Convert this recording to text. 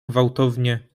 gwałtownie